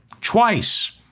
twice